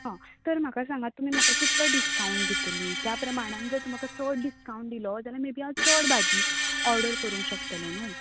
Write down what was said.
हय तर म्हाका सांगा तुमी म्हाका कितलो डिस्कावंट दितली त्या प्रमाणान जर तुमी म्हाका चड डिस्कावंट दिलो जाल्यार मे बी हावं चड भाजी ओर्डर करूंक शकतलें नूं